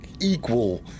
equal